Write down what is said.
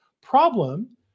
problem